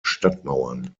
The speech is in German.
stadtmauern